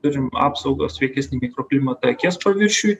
turim apsaugą sveikesnį mikroklimatą akies paviršiuj